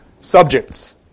subjects